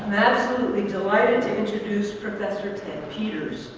absolutely delighted to introduce professor ted peters,